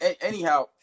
anyhow